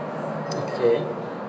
okay